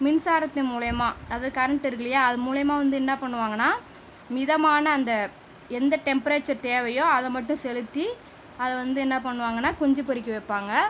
மின்சாரத்தின் மூலியமாக அதாவது கரெண்ட் இருக்கு இல்லையா அது மூலியமாக வந்து என்ன பண்ணுவாங்கன்னா மிதமான அந்த எந்த டெம்பரேச்சர் தேவையோ அத மட்டும் செலுத்தி அதை வந்து என்ன பண்ணுவாங்கன்னா குஞ்சு பொறிக்க வைப்பாங்க